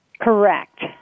Correct